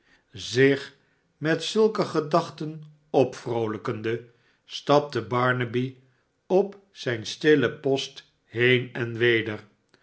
zich met zulke gedachten opvroolijkende stapte barnaby op zijn stillen post heen en weder